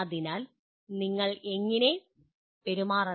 അതിനാൽ നിങ്ങൾ എങ്ങനെ പെരുമാറണം